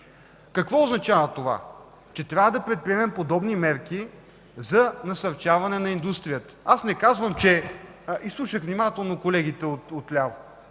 Какво означава това? Че трябва да предприемем подобни мерки за насърчаване на индустрията. Аз изслушах внимателно колегите от ляво.